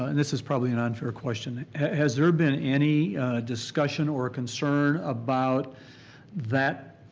and this is probably an unfair question, has there been any discussion or concern about that